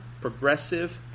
progressive